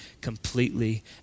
completely